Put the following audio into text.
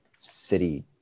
city